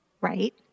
right